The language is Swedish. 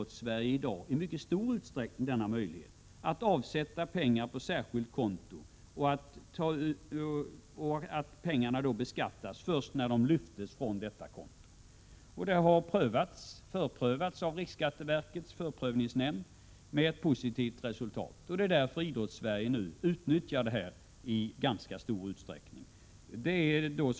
Att avsätta pengar till särskilt konto, där pengarna beskattas först när de senare lyfts från kontot, är en möjlighet som redan i dag i mycket stor utsträckning utnyttjas av Idrottssverige. Detta förfarande har granskats av riksskatteverkets förprövningsnämnd. Resultatet har varit positivt, och det är därför som Idrottssverige nu i ganska stor utsträckning utnyttjar denna möjlighet.